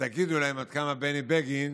ותגידו להם עד כמה בני בגין